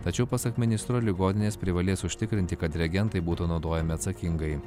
tačiau pasak ministro ligoninės privalės užtikrinti kad reagentai būtų naudojami atsakingai